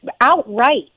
outright